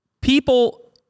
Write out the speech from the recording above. people